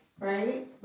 Right